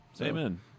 Amen